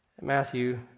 Matthew